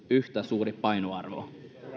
yhtä suuri painoarvo